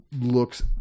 looks